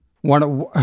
one